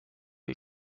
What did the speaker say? est